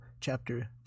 chapter